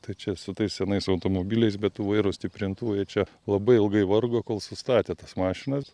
tai čia su tais senais automobiliais be tų vairo stiprintuvų jie čia labai ilgai vargo kol sustatė tas mašinas